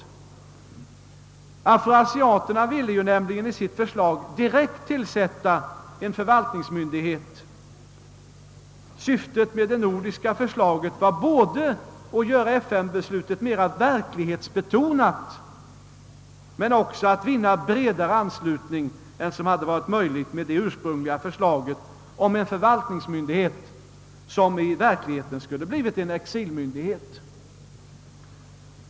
De afro-asiatiska staterna ville i sitt förslag direkt tillsätta en förvaltningsmyndighet. Syftet med det nordiska förslaget var att göra FN-beslutet mera verklighetsbetonat men också att vinna bredare anslutning än som varit möjligt med det ursprungliga förslaget om en förvaltningsmyndighet, som i verkligheten skulle ha blivit en exilmyndighet.